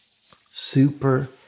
Super